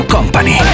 Company